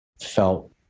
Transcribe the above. felt